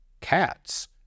Cats